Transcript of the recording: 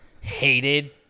hated